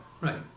right